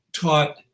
taught